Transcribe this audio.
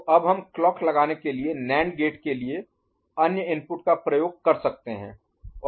तो अब हम क्लॉक लगाने के लिए नैंड गेट के अन्य इनपुट का उपयोग कर सकते हैं